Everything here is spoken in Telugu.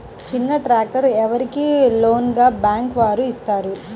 చిన్న ట్రాక్టర్ ఎవరికి లోన్గా బ్యాంక్ వారు ఇస్తారు?